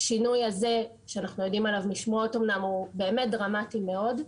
השינוי הזה שאנחנו עדים לו משמועות הוא דרמטי מאוד.